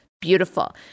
beautiful